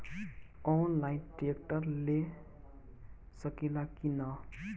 Online tractor ले सकीला कि न?